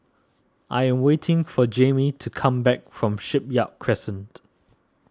I am waiting for Jaime to come back from Shipyard Crescent